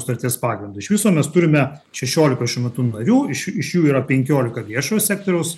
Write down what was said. sutarties pagrindu iš viso mes turime šešiolika šiuo metu narių iš iš jų yra penkiolika viešojo sektoriaus